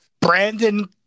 Brandon